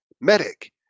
Medic